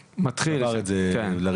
מתחיל לומר את זה לראשונה.